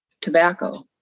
tobacco